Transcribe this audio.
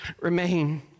remain